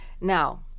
Now